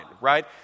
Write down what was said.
right